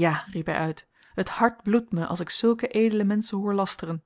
ja riep hy uit het hart bloedt me als ik zulke edele menschen hoor lasteren